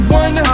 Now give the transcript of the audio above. one